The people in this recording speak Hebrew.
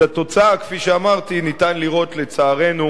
את התוצאה, כפי שאמרתי, אפשר לראות, לצערנו,